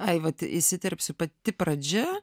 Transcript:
ai vat įsiterpsiu pati pradžia